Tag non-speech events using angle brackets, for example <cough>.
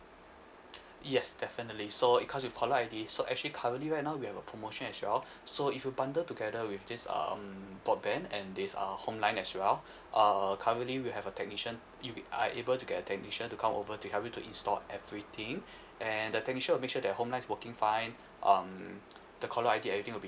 <noise> yes definitely so it comes with caller I_D so actually currently right now we have a promotion as well so if you bundled together with this um broadband and this uh home line as well uh currently we have a technician you are able to get a technician to come over to help you to install everything and the technician will make sure that home line working fine um the caller I_D everything will be